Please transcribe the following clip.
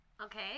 okay